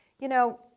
you know,